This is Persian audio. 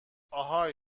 آهای